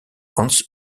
hans